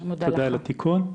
תודה על התיקון.